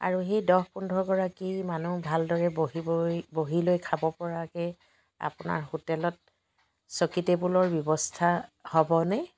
আৰু সেই দহ পোন্ধৰ গৰাকী মানুহ ভালদৰে বহিব বহি লৈ খাব পৰাকৈ আপোনাৰ হোটেলত চকী টেবুলৰ ব্যৱস্থা হ'বনে